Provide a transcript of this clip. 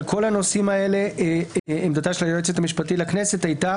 כל הנושאים הללו עמדת היועצת המשפטית הייתה